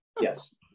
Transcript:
yes